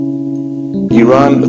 Iran